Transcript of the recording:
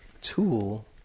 tool